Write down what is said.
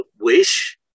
wish